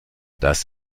das